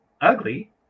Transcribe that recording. ugly